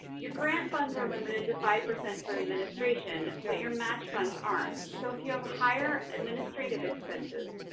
your grant funds are limited to five percent for administration, but your match funds aren't. so if you have higher administrative expenses,